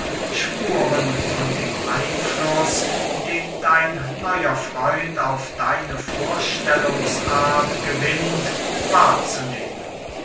spuren von dem einfluß den dein neuer freund auf deine vorstellungsart gewinnt wahrzunehmen